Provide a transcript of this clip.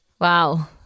Wow